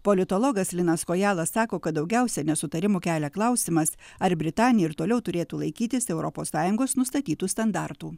politologas linas kojala sako kad daugiausia nesutarimų kelia klausimas ar britanija ir toliau turėtų laikytis europos sąjungos nustatytų standartų